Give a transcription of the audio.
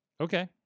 Okay